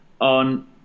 on